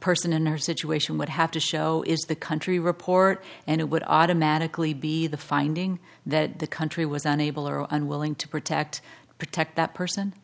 person in her situation would have to show is the country report and it would automatically be the finding that the country was unable or unwilling to protect protect that person